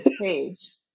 page